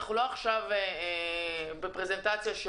אנחנו לא נמצאים עכשיו באיזושהי פרזנטציה,